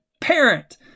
parent